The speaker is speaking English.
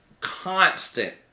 constant